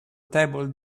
table